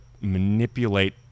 manipulate